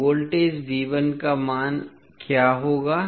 तो वोल्टेज का मान क्या होगा